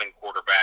quarterback